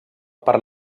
per